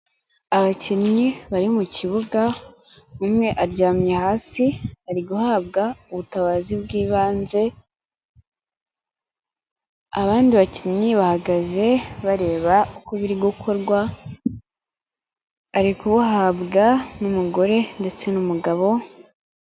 Abakinnyi bari mu kibuga, umwe aryamye hasi ari guhabwa ubutabazi bw'ibanze, abandi bakinnyi bahagaze bareba uko biri gukorwa, ari kubuhabwa n'umugore ndetse n'umugabo.